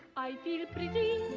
i feel pretty.